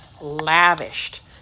lavished